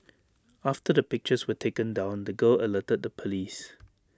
after the pictures were taken down the girl alerted the Police